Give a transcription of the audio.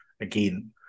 again